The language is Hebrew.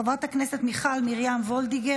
חברת הכנסת מיכל מרים וולדיגר,